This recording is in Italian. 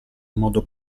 modo